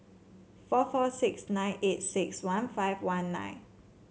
four four six nine eight six one five one nine